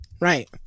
Right